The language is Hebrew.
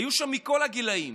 היו שם מכל הגילים,